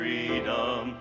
Freedom